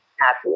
happy